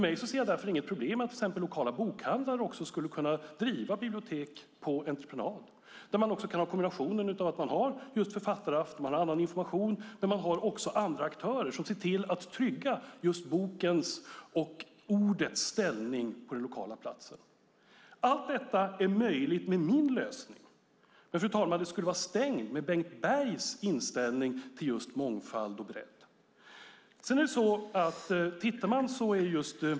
Jag ser därför inget problem med att till exempel lokala bokhandlare skulle kunna driva bibliotek på entreprenad där man kan ha en kombination av författaraftnar och annan information, och man har också andra aktörer som tryggar bokens och ordets ställning på den lokala platsen. Fru talman! Allt detta är möjligt med min lösning, men den möjligheten skulle vara stängd med Bengt Bergs inställning till mångfald och bredd.